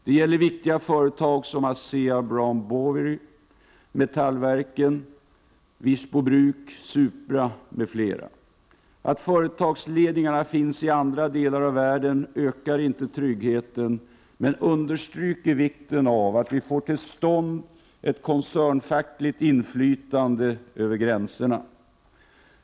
Det gäller viktiga företag som Asea Brown Boveri, Metallverken, Wirsbo Bruks AB, Supra m.fl. Att företagsledningarna finns i andra delar av världen ökar inte tryggheten, men understryker vikten av att vi får till stånd ett koncernfackligt inflytande över gränserna.